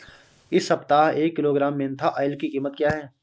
इस सप्ताह एक किलोग्राम मेन्था ऑइल की कीमत क्या है?